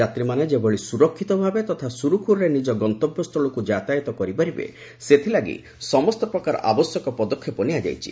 ଯାତ୍ରୀମାନେ ଯେଭଳି ସୁରକ୍ଷିତ ଭାବେ ତଥା ସୁରୁଖୁରୁରେ ନିଜ ଗନ୍ତବ୍ୟସ୍ଥଳକୁ ଯାତାୟତ କରିପାରିବେ ସେଥିଲାଗି ସମସ୍ତ ପ୍ରକାର ଆବଶ୍ୟକ ପଦକ୍ଷେପ ନିଆଯାଇଛି